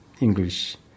English